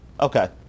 Okay